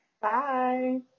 Bye